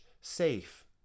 Safe